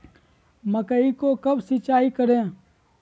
मकई को कब सिंचाई करे?